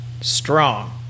Strong